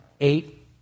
Eight